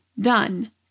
Done